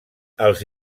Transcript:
els